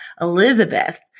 Elizabeth